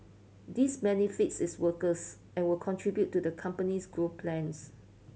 this benefits its workers and will contribute to the company's growth plans